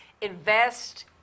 invest